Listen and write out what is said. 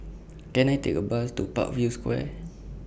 Can I Take A Bus to Parkview Square